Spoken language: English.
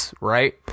Right